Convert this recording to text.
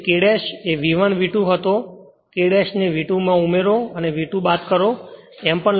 તેથી K તે V1 V2 હતો તે K ને V2 ઉમેરો અને V2 બાદ કરો એમ પણ લખી શકાય છે